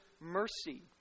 mercy